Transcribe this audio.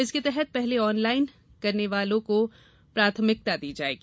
इसके तहत पहले ऑनलाइन करने वाले को प्राथमिकता दी जायेगी